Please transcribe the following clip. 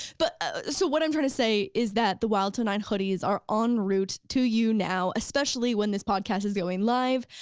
but ah so what i'm trying to say is that the wild til nine hoodies are on route to you now, especially when this podcast is going live,